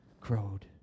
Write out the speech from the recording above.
crowed